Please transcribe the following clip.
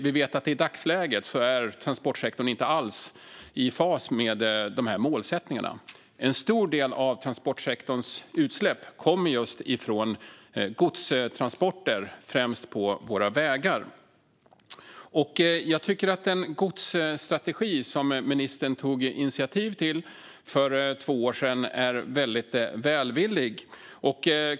Vi vet att i dagsläget är transportsektorn inte alls i fas med målen. En stor del av transportsektorns utsläpp kommer just från godstransporter främst på våra vägar. Den godsstrategi som ministern tog initiativ till för två år sedan är välvillig.